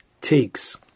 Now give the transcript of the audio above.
takes